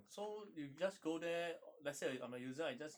so you just go there let's say I I'm a user I just